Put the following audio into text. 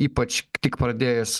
ypač tik pradėjus